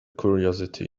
curiosity